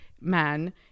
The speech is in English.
man